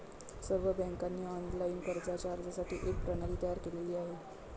सर्व बँकांनी ऑनलाइन कर्जाच्या अर्जासाठी एक प्रणाली तयार केली आहे